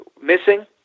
missing